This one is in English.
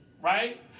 right